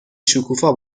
شکوفا